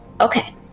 Okay